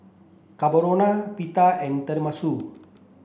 Carbonara Pita and Tenmusu